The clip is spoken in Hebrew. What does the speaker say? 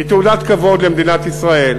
היא תעודת כבוד למדינת ישראל,